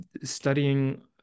studying